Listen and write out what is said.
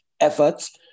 efforts